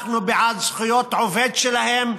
אנחנו בעד זכויות העובד שלהם.